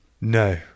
No